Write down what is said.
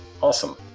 Awesome